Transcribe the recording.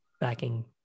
backing